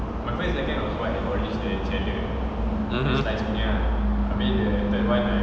mmhmm